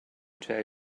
tell